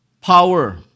power